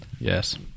Yes